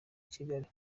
kigali